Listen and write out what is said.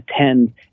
attend